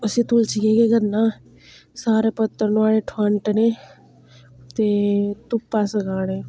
उसी तुलसी गी केह् करना सारे पत्तर नुहाड़े थवांटने ते धुप्पा सकाने